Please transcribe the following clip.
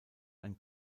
ein